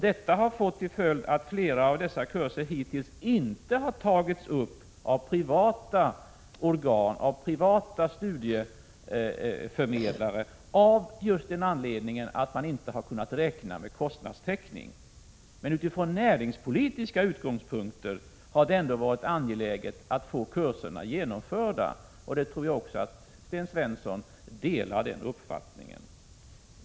Detta har fått till följd att flera av dessa kurser hittills inte har tagits upp av privata organ, privata studieförmedlare, just av den anledningen att de inte har kunnat räkna med kostnadstäckning. Från näringspolitiska utgångspunkter har det ändå varit angeläget att få kurserna genomförda. Jag tror att också Sten Svensson delar den uppfattningen.